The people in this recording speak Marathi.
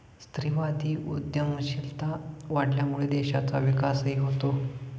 स्त्रीवादी उद्यमशीलता वाढल्यामुळे देशाचा विकासही होतो